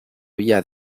villa